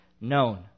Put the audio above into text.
known